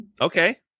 Okay